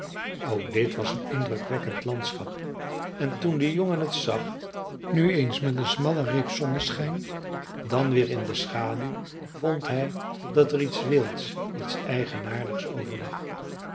ook dit was een indrukwekkend landschap en toen de jongen het zag nu eens met een smalle reep zonneschijn dan weer in de schaduw vond hij dat er iets wilds iets eigenaardigs over